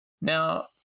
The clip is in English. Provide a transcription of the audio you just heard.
Now